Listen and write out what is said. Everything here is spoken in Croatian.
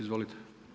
Izvolite.